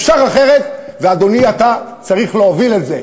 אפשר אחרת, ואדוני, אתה צריך להוביל את זה.